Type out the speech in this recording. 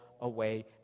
away